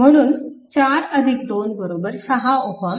म्हणून 42 6 Ω